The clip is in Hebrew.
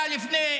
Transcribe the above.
אפשר,